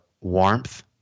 warmth